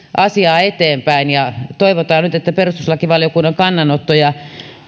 asiaa eteenpäin ja toivotaan nyt että perustuslakivaliokunnan kannanottoja